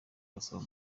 gasabo